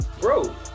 Bro